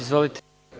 Izvolite.